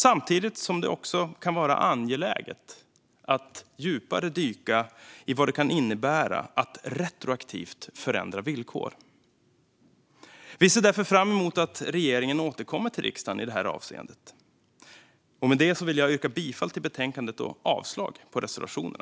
Samtidigt kan det vara angeläget att dyka djupare i vad det kan innebära att förändra villkor retroaktivt. Vi ser därför fram emot att regeringen återkommer till riksdagen i detta avseende. Med det vill jag yrka bifall till utskottets förslag och avslag på reservationen.